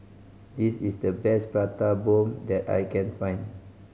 this is the best Prata Bomb that I can find